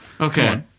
Okay